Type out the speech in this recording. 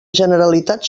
generalitat